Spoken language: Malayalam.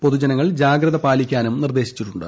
പൊതുജനങ്ങൾ ജാഗ്രത പാലിക്കാനും നിർദ്ദേശിച്ചിട്ടുണ്ട്